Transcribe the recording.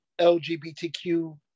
LGBTQ